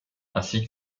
ainsi